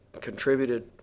contributed